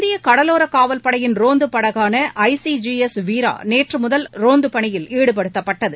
இந்திய கடலோர காவல்படையின் ரோந்துப் படகான ஐசிஜிஎஸ் வீரா நேற்றுமுதல் ரோந்துப் பணியில் ஈடுபடுத்தப்பட்டது